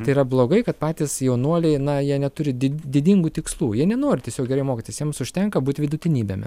tai yra blogai kad patys jaunuoliai na jie neturi di didingų tikslų jie nenori tiesiog gerai mokytis jiems užtenka būt vidutinybėme